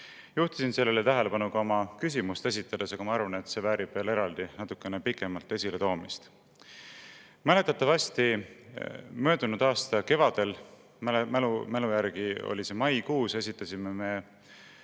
Juhtisin sellele tähelepanu ka oma küsimust esitades, aga ma arvan, et see väärib veel eraldi natukene pikemalt esiletoomist. Mäletatavasti möödunud aasta kevadel, mälu järgi oli see maikuus, esitasime me